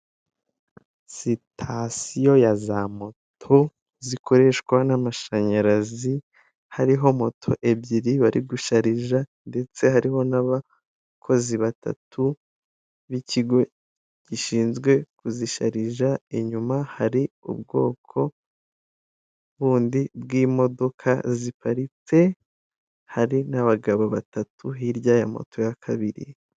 Sitasiyo ya za moto zikoreshwa n'amashanyarazi, hariho moto ebyiri bari gusharija, ndetse hariho n'abakozi batatu b'ikigo gishinzwe kuzisharirira, inyuma hari ubwoko bundi bw'imodoka ziparitse, hari n'abagabo batatu hirya ya moto ya kabiri.